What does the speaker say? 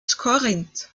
corinth